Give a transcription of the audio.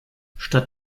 statt